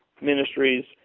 ministries